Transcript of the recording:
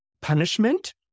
punishment